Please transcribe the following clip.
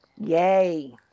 Yay